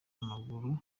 w’amaguru